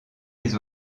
les